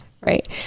right